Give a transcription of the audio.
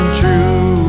true